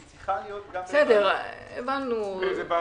הבנו.